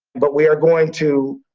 but we are going to,